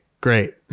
Great